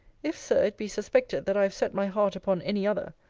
if, sir, it be suspected, that i have set my heart upon any other,